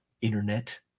internet